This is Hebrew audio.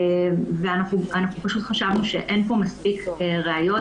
אנחנו פשוט חשבנו שאין פה מספיק ראיות,